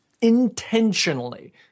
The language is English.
intentionally –